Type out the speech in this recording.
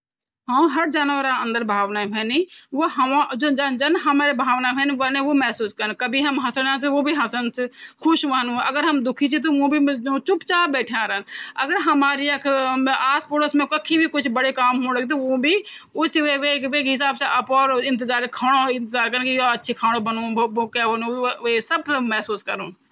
अगर अगर हम देखुली हम अपाऊँ बजट आ हिसाब से जन हम अपाऊँ खौंण कन के बनौण त जन च ज्वे कुकरो यूज़ करोला कुकर वेमा उ जरा टैम से बन्येंद हम जू तवा च तवा ग जरा हम जू आगे फ्लेम जू रोशनी च वे तवा गा मूडी बठी डाउल वे से भार न निकाल दयों दूध ऊबान त ढक्कन लगे के ऊबान जैसे की ज़्यादा गैस यूज़ ना वो